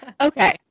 okay